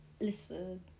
Listen